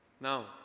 Now